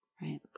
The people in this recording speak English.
Right